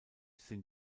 sind